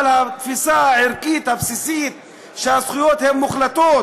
אבל התפיסה הערכית הבסיסית היא שהזכויות הן מוחלטות,